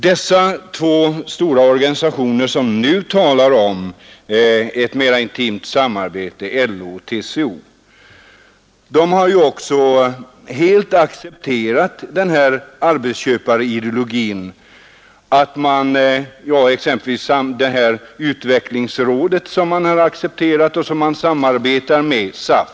Dessa två stora organisationer som nu talar om ett mera intimt samarbete — LO och TCO =— har ju helt accepterat den här arbetsköparideologin. Det gäller exempelvis detta utvecklingsråd, där man samarbetar med SAF.